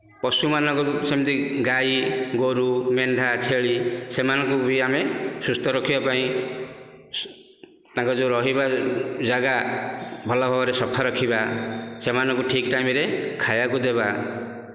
ପଶୁମାନଙ୍କରୁ ସେମିତି ଗାଈ ଗୋରୁ ମେଣ୍ଢା ଛେଳି ସେମାନଙ୍କୁ ବି ଆମେ ସୁସ୍ଥ ରଖିବା ପାଇଁ ତାଙ୍କର ଯେଉଁ ରହିବା ଯେଉଁ ଜାଗା ଭଲ ଭାବରେ ସଫା ରଖିବା ସେମାନଙ୍କୁ ଠିକ ଟାଇମ୍ରେ ଖାଇବାକୁ ଦେବା